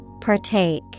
Partake